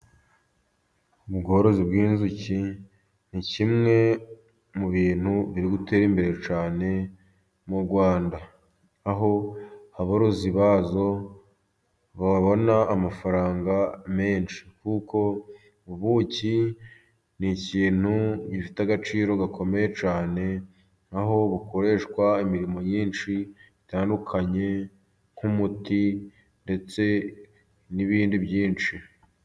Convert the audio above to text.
Ubworozi bw'inzuki ni kimwe mu bintu biri gutera imbere cyane mu Rwanda, aho abarozi bazo babona amafaranga menshi kuko ubuki ni ikintu gifite agaciro gakomeye cyane, aho bukoreshwa imirimo myinshi itandukanye nk'umuti ndetse n'ibindi byinshi.